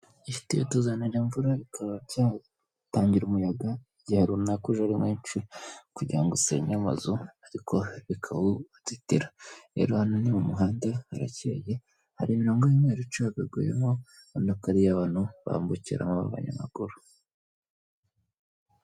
Ibiti bituzanira imvura bikaba byatangira umuyaga igihe runaka uje mwinshi kugira usennye amazu ariko bikawudufatira; rero hano ni mu muhanda harakeyeye hari imirongo y'umweru icagaguyemo ubona ko ari iyo abantu babanyanyamaguru bambukiramo.